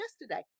yesterday